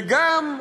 וגם,